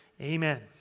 amen